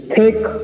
take